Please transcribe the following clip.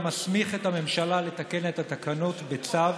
המסמיך את הממשלה לתקן את התקנות בצו,